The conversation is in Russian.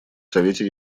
совете